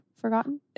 forgotten